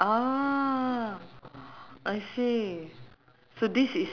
what what's the you know what's the bus number